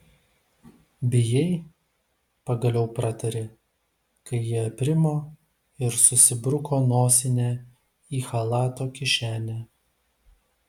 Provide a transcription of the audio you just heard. bijai pagaliau pratarė kai ji aprimo ir susibruko nosinę į chalato kišenę